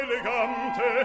Elegante